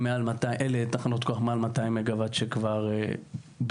אלה תחנות כוח מעל 200 מגה וואט שכבר בנויות